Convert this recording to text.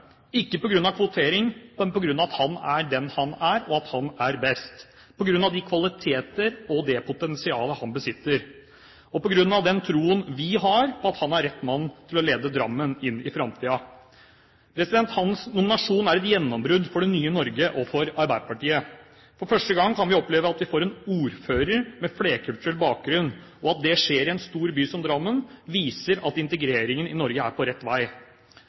grunn av kvotering, men på grunn av at han er den han er, på grunn av de kvaliteter og det potensialet han besitter, og på grunn av den troen vi har på at han er rett mann til å lede Drammen inn i framtiden. Hans nominasjon er et gjennombrudd for det nye Norge og for Arbeiderpartiet. For første gang kan vi oppleve at vi får en ordfører med flerkulturell bakgrunn. At det skjer i en stor by som Drammen, viser at integreringen i Norge er på rett vei.